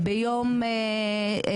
ההצבעות ביום שלישי?